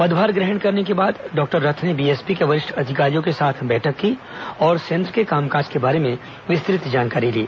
पदभार ग्रहण करने के बाद डॉक्टर रथ ने बीएसपी के वरिष्ठ अधिकारियों के साथ बैठक की और संयंत्र के कामकाज के बारे में विस्तुत जानकारी ली